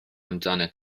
amdani